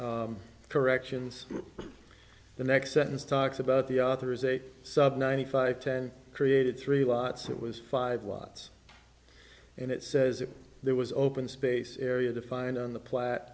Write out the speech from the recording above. corrections the next sentence talks about the author's eight sub ninety five ten created three lots it was five watts and it says that there was open space area defined on the pl